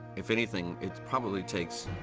if anything, it's probably takes